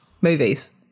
movies